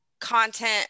Content